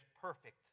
perfect